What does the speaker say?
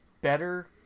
better